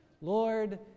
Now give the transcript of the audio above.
Lord